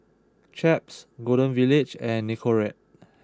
Chaps Golden Village and Nicorette